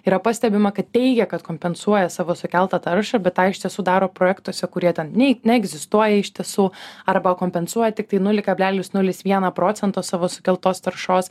yra pastebima kad teigia kad kompensuoja savo sukeltą taršą bet tą iš tiesų daro projektuose kurie ten nei neegzistuoja iš tiesų arba kompensuoja tiktai nulį kablelis nulis vieną procento savo sukeltos taršos